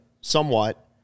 somewhat